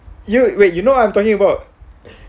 you wait you know I'm talking about